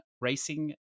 racing